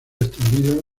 extendido